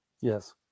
Yes